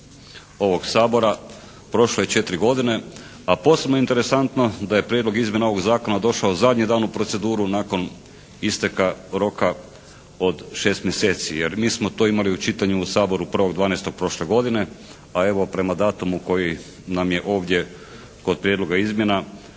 ovog Sabor. Prošlo je četiri godine, a posebno je interesantno da je prijedlog izmjena ovog zakona došao zadnji dan u proceduru nakon isteka roka od 6 mjeseci, jer mi smo to imali u čitanju u Saboru 1.12. prošle godine, a evo prema datumu koji nam je ovdje kod prijedloga izmjena,